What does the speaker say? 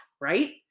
right